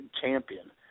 champion